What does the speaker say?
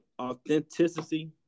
Authenticity